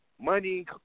money